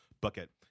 bucket